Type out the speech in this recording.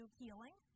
healing